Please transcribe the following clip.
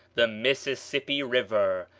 the mississippi river,